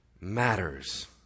matters